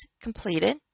completed